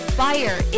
fire